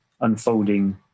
unfolding